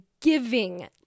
giving